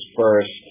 first